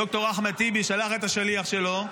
ד"ר אחמד טיבי שלח את השליח שלו.